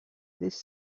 this